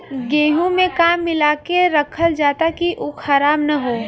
गेहूँ में का मिलाके रखल जाता कि उ खराब न हो?